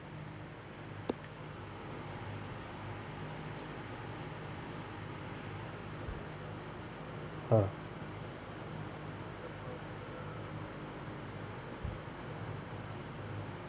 uh